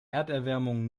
erderwärmung